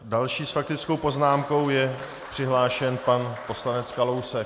Další s faktickou poznámkou je přihlášen pan poslanec Kalousek.